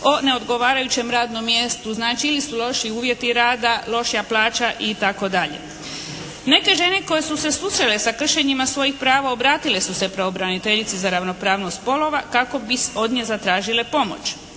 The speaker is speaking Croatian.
o neodgovarajućem radnom mjestu. Znači ili su loši uvjeti rada, lošija plaća i tako dalje. Neke žene koje su se susrele sa kršenjima svojih prava obratile su se pravobraniteljici za ravnopravnost spolova kako bi od nje zatražile pomoć.